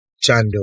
Chando